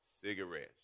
Cigarettes